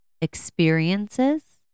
experiences